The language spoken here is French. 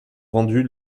vendues